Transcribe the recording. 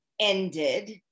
ended